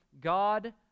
God